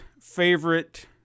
favorite